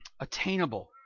Attainable